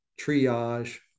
triage